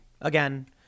again